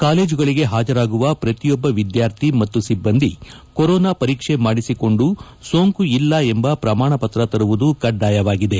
ಕಾಲೇಜುಗಳಿಗೆ ಹಾಜರಾಗುವ ಪ್ರತಿಯೊಬ್ಬ ವಿದ್ಯಾರ್ಥಿ ಮತ್ತು ಸಿಬ್ಬಂದಿ ಕೊರೋನಾ ಪರೀಕ್ಷೆ ಮಾಡಿಸಿಕೊಂಡು ಸೋಂಕು ಇಲ್ಲ ಎಂಬ ಪ್ರಮಾಣ ಪತ್ರ ತರುವುದು ಕಡ್ಡಾಯವಾಗಿದೆ